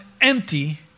empty